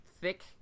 thick